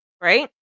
right